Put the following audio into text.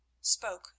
spoke